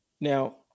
Now